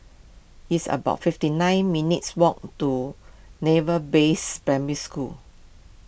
it's about fifty nine minutes' walk to Naval Base Primary School